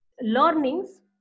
learnings